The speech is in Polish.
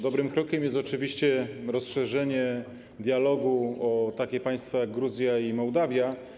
Dobrym krokiem jest oczywiście rozszerzenie dialogu o takie państwa jak Gruzja i Mołdawia.